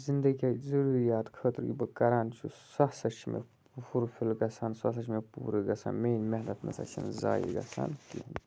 زِندٕ کہِ ضٔروٗریات خٲطرٕ یہِ بہٕ کَران چھُس سُہ ہَسا چھِ مےٚ فُل فِل گژھان سُہ ہَسا چھِ مےٚ پوٗرٕ گژھان میٛٲنۍ محنت نہ سا چھِنہٕ زایہِ گژھان کِہیٖنۍ